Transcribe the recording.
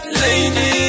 lady